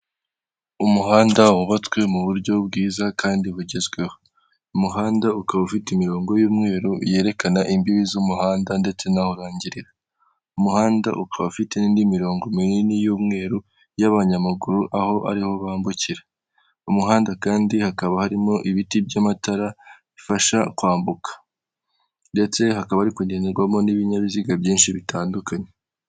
Umuhanda wubatswe mu buryo bwiza kandi bugezweho umuhanda ukaba ufite imirongo y'umweru yerekana imbibi z'umuhanda ndetse n'urangirira, umuhanda ukaba ufite n'indi mirongo minini y'umweru y'abanyamaguru aho ariho bambukira, mu muhanda kandi hakaba harimo ibiti by'amatara bifasha kwambuka ndetse hakaba hari kugenderwamo n'ibinyabiziga byinshi bitandukanye.